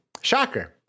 Shocker